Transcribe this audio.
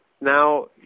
now